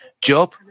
job